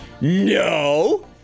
No